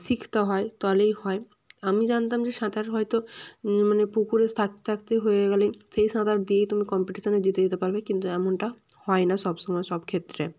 শিখতে হয় তাহলেই হয় আমি জানতাম যে সাঁতার হয়তো মানে পুকুরে থাকতে থাকতে হয়ে গেলেই সেই সাঁতার দিয়েই তুমি কম্পিটিশনে জিতে যেতে পারবে কিন্তু এমনটা হয় না সব সময় সব ক্ষেত্রে